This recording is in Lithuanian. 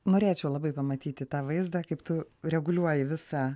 norėčiau labai pamatyti tą vaizdą kaip tu reguliuoji visą